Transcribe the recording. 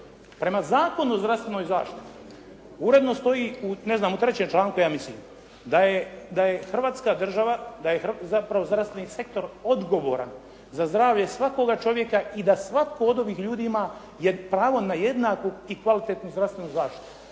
Prema Zakonu o zdravstvenoj zaštiti uredno stoji u, ne znam u trećem članku ja mislim, da je Hrvatska država, da je zapravo zdravstveni sektor odgovoran za zdravlje svakoga čovjeka i da svatko od ovih ljudi ima pravo na jednaku i kvalitetnu zdravstvenu zaštitu.